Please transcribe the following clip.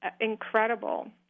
incredible